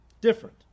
Different